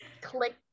Click